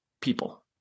people